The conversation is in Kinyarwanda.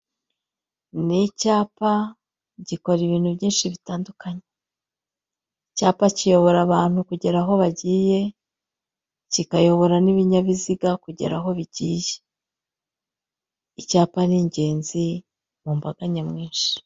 Ni icyapa gikora ibintu byinshi bitandukanye, icyapa cyiyobora abantu kugera aho bagiye cyikayobora n'ibinyabiziga kugera aho bigiye, icyapa ni ingenzi mu mbanga nyamwinshi.